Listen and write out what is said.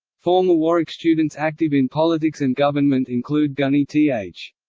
former warwick students active in politics and government include gudni th.